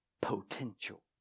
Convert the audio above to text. potential